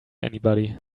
anybody